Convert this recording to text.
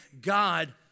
God